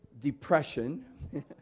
Depression